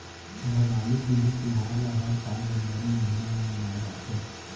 भोगाली बिहू तिहार ल हर साल जनवरी महिना म मनाए जाथे